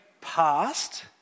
past